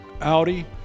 Audi